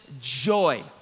joy